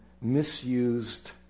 misused